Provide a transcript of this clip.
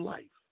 Life